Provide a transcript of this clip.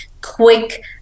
quick